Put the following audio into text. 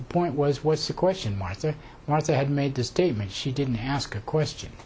the point was was the question martha martha had made the statement she didn't ask a question